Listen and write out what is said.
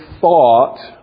thought